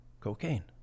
cocaine